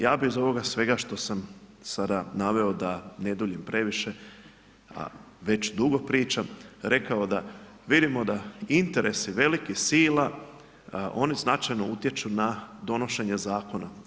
Ja bih iz ovoga svega što sam sada naveo da ne duljim previše a već dugo pričam, rekao da vidimo da interesi velikih sila, oni značajno utječu na donošenje zakona.